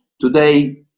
today